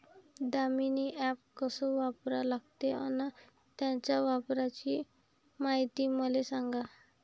Damini app कस वापरा लागते? अन त्याच्या वापराची मायती मले सांगा